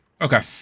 Okay